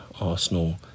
Arsenal